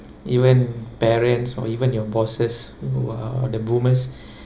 even parents or even your bosses who are the boomers